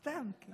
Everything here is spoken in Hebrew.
סתם.